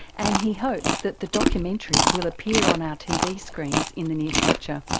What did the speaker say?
and he hopes that the documentary will appear on our tv screens in the near future.